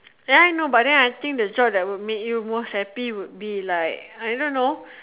ya I know but then I think the job that will make you most happy would be like I don't know